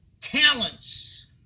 talents